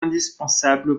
indispensable